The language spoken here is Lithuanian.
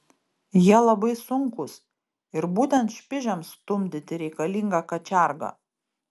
jie labai sunkūs ir būtent špižiams stumdyti reikalinga kačiarga